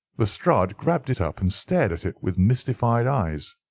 lestrade grabbed it up and stared at it with mystified eyes.